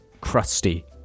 crusty